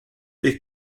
est